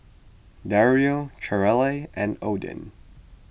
Dario Cherrelle and Odin